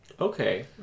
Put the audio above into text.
Okay